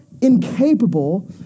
incapable